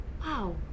Wow